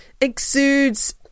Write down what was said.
exudes